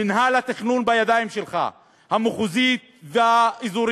מינהל התכנון בידיים שלך, המחוזית והאזורית.